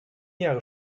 jahre